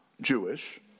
Jewish